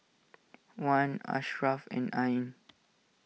Wan Ashraff and Ain